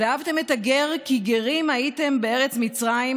"ואהבתם את הגר כי גרים הייתם בארץ מצרים".